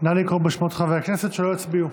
נא לקרוא בשמות חברי הכנסת שלא הצביעו.